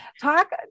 talk